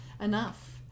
enough